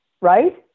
right